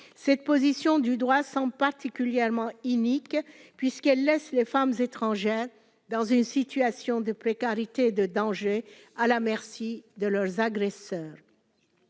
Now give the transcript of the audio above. cette position du droit sans particulier allemands inique puisqu'elle laisse les femmes étrangères, dans une situation de précarité de danger à la merci de leurs agresseurs